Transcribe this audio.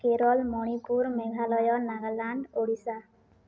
Kerala Manipur Meghalaya Nagaland Odisha